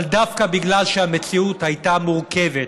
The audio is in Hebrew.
אבל דווקא בגלל שהמציאות הייתה מורכבת,